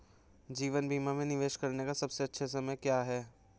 जीवन बीमा में निवेश करने का सबसे अच्छा समय क्या है?